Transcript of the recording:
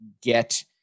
get